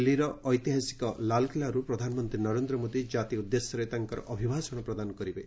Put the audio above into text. ଦିଲ୍ଲୀର ଐତିହାସିକ ଲାଲ୍କିଲ୍ଲାରୁ ପ୍ରଧାନମନ୍ତ୍ରୀ ନରେନ୍ଦ୍ର ମୋଦି କ୍ରାତି ଉଦ୍ଦେଶ୍ୟରେ ତାଙ୍କର ଅଭିଭାଷଣ ପ୍ରଦାନ କରିବେ